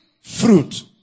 fruit